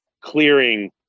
clearing